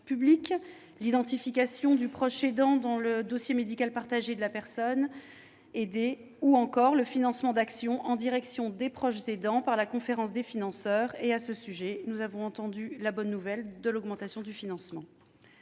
publics, l'identification du proche aidant dans le dossier médical partagé de la personne aidée, ou encore le financement d'actions en direction des proches aidants par la conférence des financeurs- nous avons entendu, à ce sujet, la bonne nouvelle de l'augmentation du financement.